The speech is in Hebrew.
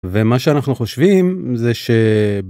ומה שאנחנו חושבים זה ש..